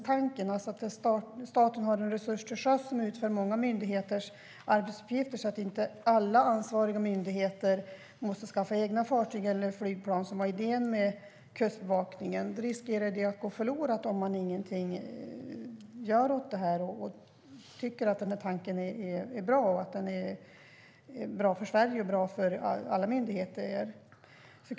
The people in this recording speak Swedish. Det handlar alltså om att staten har en resurs till sjöss som utför många myndigheters arbetsuppgifter, så att inte alla ansvariga myndigheter måste skaffa egna fartyg eller flygplan. Det var idén med Kustbevakningen. Detta riskerar att gå förlorat om man inte gör någonting åt det. Tycker man att den här tanken är bra för Sverige och bra för alla myndigheter?